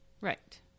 Right